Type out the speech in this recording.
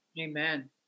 Amen